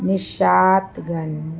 Nishat Ganj